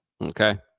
Okay